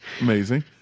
amazing